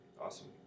Awesome